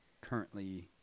currently